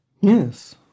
Yes